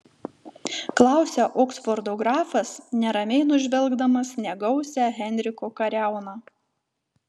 klausia oksfordo grafas neramiai nužvelgdamas negausią henriko kariauną